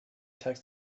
tax